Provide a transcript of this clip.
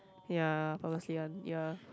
ya purposely one ya